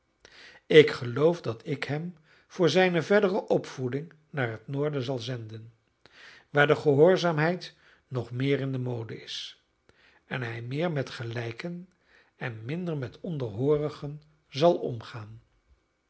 ik geloof dat ik hem voor zijne verdere opvoeding naar het noorden zal zenden waar de gehoorzaamheid nog meer in de mode is en hij meer met gelijken en minder met onderhoorigen zal omgaan